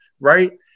right